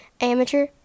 amateur